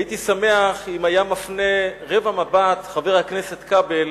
הייתי שמח אם היה חבר הכנסת כבל